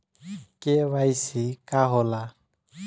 KYC का होला?